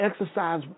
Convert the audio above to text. exercise